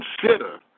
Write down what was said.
consider